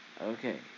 Okay